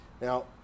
Now